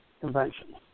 convention